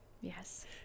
Yes